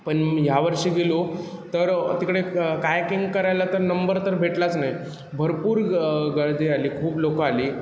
पण मी ह्यावर्षी गेलो तर तिकडे क कायाकिंग करायला तर नंबर तर भेटलाच नाही भरपूर ग गर्दी झाली खूप लोकं आली